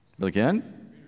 Again